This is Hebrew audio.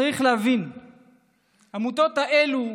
צריך להבין שבין השאר